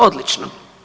Odlično.